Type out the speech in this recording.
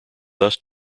thus